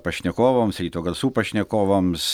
pašnekovams ryto garsų pašnekovams